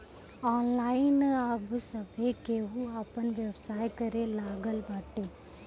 online अब सभे केहू आपन व्यवसाय करे लागल बाटे